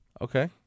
Okay